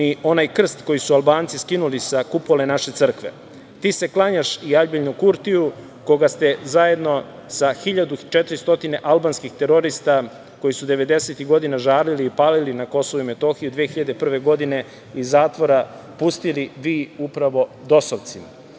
ni onaj krst koji su Albanci skinuli sa kupole naše crkve. Ti se klanjaš i Aljbinu Kurtiju, koga ste, zajedno sa 1.400 albanskih terorista koji su 90-ih godina žarili i palili na Kosovu i Metohiji, 2001. godine iz zatvora pustili vi upravo dosovci.